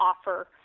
offer